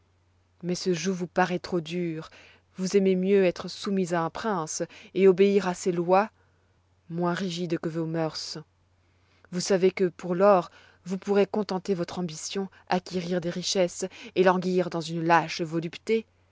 mais ce joug vous paroît trop dur vous aimez mieux être soumis à un prince et obéir à ses lois moins rigides que vos mœurs vous savez que pour lors vous pourrez contenter votre ambition acquérir des richesses et languir dans une lâche volupté